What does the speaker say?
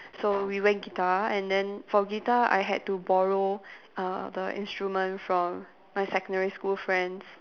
so we went guitar and then for guitar I had to borrow uh the instrument from my secondary school friends